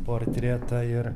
portretą ir